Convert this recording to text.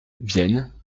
vienne